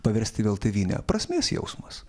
paversti vėl tėvyne prasmės jausmas